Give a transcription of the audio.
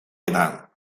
gedaan